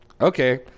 okay